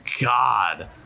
god